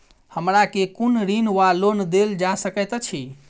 हमरा केँ कुन ऋण वा लोन देल जा सकैत अछि?